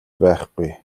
байхгүй